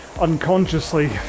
unconsciously